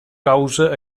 causa